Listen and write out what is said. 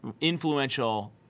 influential